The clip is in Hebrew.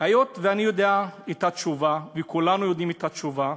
היות שאני יודע את התשובה וכולנו יודעים את התשובה,